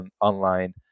online